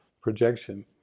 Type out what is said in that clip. projection